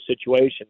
situation